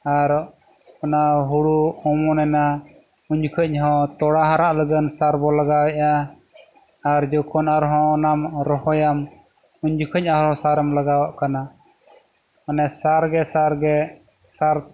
ᱟᱨ ᱚᱱᱟ ᱦᱩᱲᱩ ᱚᱢᱚᱱ ᱮᱱᱟ ᱩᱱ ᱡᱚᱠᱷᱚᱱ ᱦᱚᱸ ᱛᱚᱞᱟ ᱦᱟᱨᱟᱜ ᱞᱟᱹᱜᱤᱫ ᱥᱟᱨ ᱵᱚᱱ ᱞᱟᱜᱟᱣ ᱮᱫᱟ ᱟᱨ ᱡᱚᱠᱷᱚᱱ ᱟᱨᱦᱚᱸ ᱚᱱᱟᱢ ᱨᱚᱦᱚᱭᱟᱢ ᱩᱱ ᱡᱚᱠᱷᱚᱱ ᱟᱨᱦᱚᱸ ᱥᱟᱨᱮᱢ ᱞᱟᱜᱟᱣᱟᱜ ᱠᱟᱱᱟ ᱢᱟᱱᱮ ᱥᱟᱨ ᱜᱮ ᱥᱟᱨ ᱜᱮ ᱥᱟᱨ